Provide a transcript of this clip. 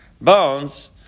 bones